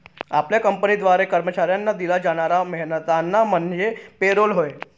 आपल्या कंपनीद्वारे कर्मचाऱ्यांना दिला जाणारा मेहनताना म्हणजे पे रोल होय